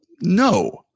no